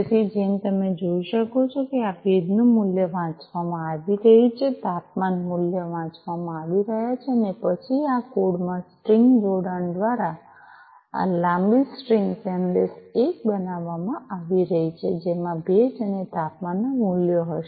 તેથી જેમ તમે જોઈ શકો છો કે આ ભેજનું મૂલ્ય વાંચવામાં આવી રહ્યું છે તાપમાન મૂલ્ય વાંચવામાં આવી રહ્યું છે અને પછી આ કોડ માં સ્ટ્રિંગ જોડાણ દ્વારા આ લાંબી સ્ટ્રિંગ સંદેશ 1 બનાવવામાં આવી રહી છે જેમાં ભેજ અને તાપમાનના મૂલ્યો હશે